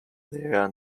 their